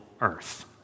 earth